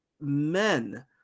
men